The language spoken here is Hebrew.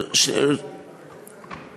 בקדנציה